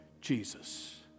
Jesus